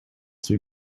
too